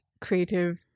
creative